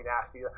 nasty